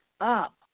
up